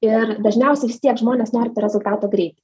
ir dažniausiai vis tiek žmonės nori to rezultato greit